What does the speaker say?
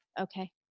Okay